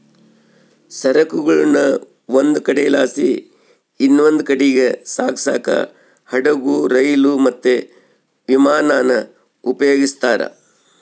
ಸರಕುಗುಳ್ನ ಒಂದು ಕಡೆಲಾಸಿ ಇನವಂದ್ ಕಡೀಗ್ ಸಾಗ್ಸಾಕ ಹಡುಗು, ರೈಲು, ಮತ್ತೆ ವಿಮಾನಾನ ಉಪಯೋಗಿಸ್ತಾರ